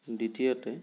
দ্বিতীয়তে